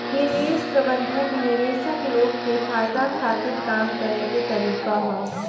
निवेश प्रबंधन निवेशक लोग के फायदा खातिर काम करे के तरीका ह